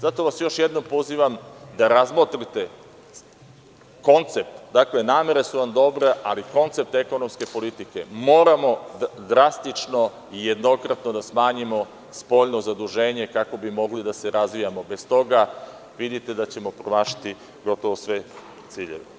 Zato vas još jednom pozivam da razmotrite koncept, dakle, namere su vam dobre, ali koncept ekonomske politike moramo drastično i jednokratno da smanjimo spoljno zaduženje kako bi mogli da se razvijamo, bez toga, vidite da ćemo promašiti gotovo sve ciljeve.